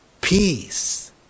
peace